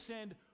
send